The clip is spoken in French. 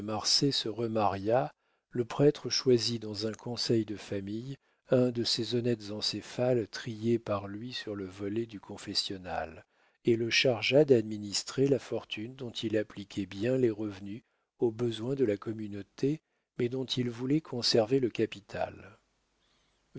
se remaria le prêtre choisit dans un conseil de famille un de ces honnêtes acéphales triés par lui sur le volet du confessionnal et le chargea d'administrer la fortune dont il appliquait bien les revenus au besoin de la communauté mais dont il voulait conserver le capital